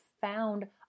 found